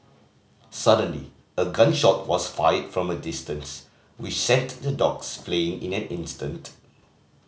suddenly a gun shot was fired from a distance which sent the dogs fleeing in an instant